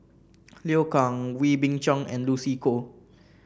Liu Kang Wee Beng Chong and Lucy Koh